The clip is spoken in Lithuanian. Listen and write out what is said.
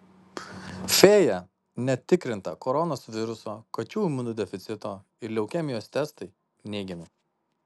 fėja net tikrinta koronos viruso kačių imunodeficito ir leukemijos testai neigiami